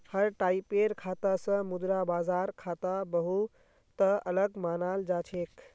हर टाइपेर खाता स मुद्रा बाजार खाता बहु त अलग मानाल जा छेक